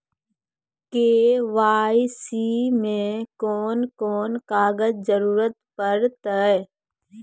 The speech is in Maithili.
के.वाई.सी मे कून कून कागजक जरूरत परतै?